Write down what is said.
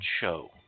show